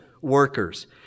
workers